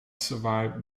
survive